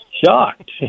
Shocked